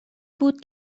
بود